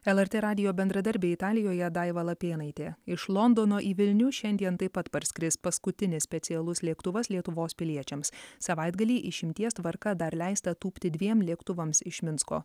lrt radijo bendradarbė italijoje daiva lapėnaitė iš londono į vilnių šiandien taip pat parskris paskutinis specialus lėktuvas lietuvos piliečiams savaitgalį išimties tvarka dar leista tūpti dviem lėktuvams iš minsko